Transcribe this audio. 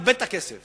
איבד את הכסף,